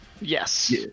Yes